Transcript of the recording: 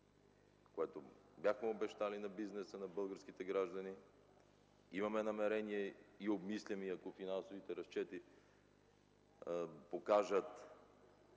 което бяхме обещали на бизнеса, на българските граждани. Имаме намерение и обмисляме ако финансовите разчети покажат,